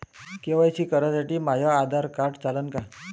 KYC साठी माह्य Aadhaar card चालन का?